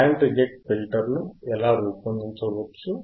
band reject ఫిల్టర్ను ఎలా రూపొందించవచ్చు